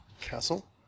Castle